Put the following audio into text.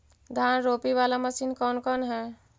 धान रोपी बाला मशिन कौन कौन है?